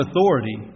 authority